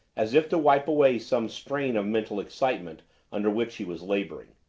as if to wipe away some strain of mental excitement under which he was laboring.